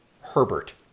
herbert